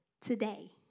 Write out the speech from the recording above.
today